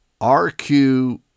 RQ